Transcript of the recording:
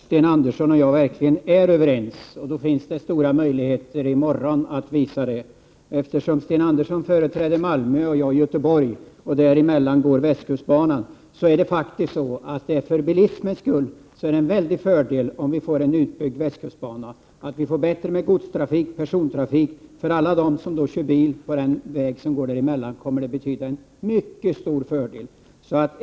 Herr talman! Det är bra om det är så att Sten Andersson i Malmö och jag verkligen är överens. Det finns stora möjligheter att visa det i morgon i så fall. Sten Andersson företräder ju Malmö och jag Göteborg, och däremellan går västkustbanan. För bilismens skull är det faktiskt en väldig fördel om vi får en utbyggd västkustbana. Om vi får bättre godstrafik och persontrafik på den, kommer det att betyda en mycket stor fördel för alla dem som kör bil däremellan.